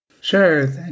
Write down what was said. Sure